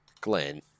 Glenn